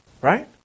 Right